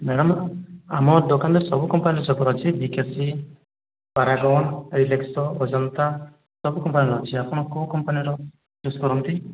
madam ଆମ ଦୋକାନରେ ସବୁ କମ୍ପାନୀର ଚପଲ ଅଛି ଭିକେସି ପାରାଗନ ରିଲାକ୍ସୋ ଅଜନ୍ତା ସବୁ କମ୍ପାନୀର ଅଛି ଆପଣ କେଉଁ କମ୍ପାନୀର ୟୁଜ୍ କରନ୍ତି